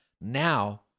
Now